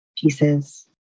pieces